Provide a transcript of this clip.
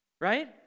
Right